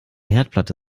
herdplatte